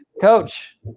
Coach